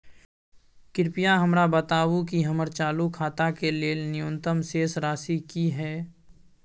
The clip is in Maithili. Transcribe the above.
कृपया हमरा बताबू कि हमर चालू खाता के लेल न्यूनतम शेष राशि की हय